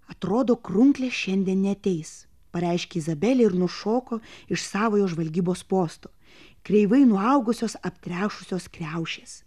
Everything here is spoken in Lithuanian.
atrodo krunklė šiandien neateis pareiškė izabelė ir nušoko iš savojo žvalgybos posto kreivai nuaugusios aptrešusios kriaušės